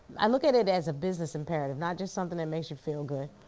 i look at it as a business imperative, not just something that makes you feel good,